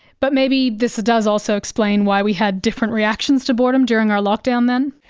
but maybe this does also explain why we had different reactions to boredom during our lockdown then?